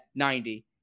90